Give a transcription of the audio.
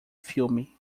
filme